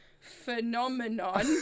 phenomenon